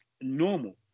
normal